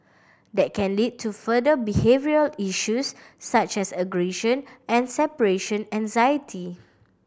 that can lead to further behavioural issues such as aggression and separation anxiety